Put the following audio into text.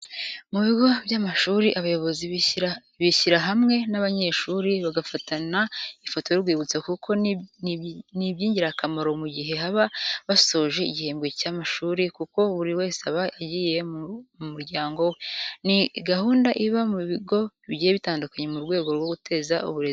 Mu bigo by'amashuri abayobozi bishyira hamwe, n'abanyeshuri bagafatana ifoto y'urwibutso kuko ni ibyigira kamaro mu gihe baba basoje igihembwe cya mashuri kuko buri wese aba agiye mu muryango we. Ni gahunda iba mu bigo bigiye bitandukanye mu rwego rwo guteza uburezi imbere.